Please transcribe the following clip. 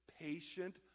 patient